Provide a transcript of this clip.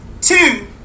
Two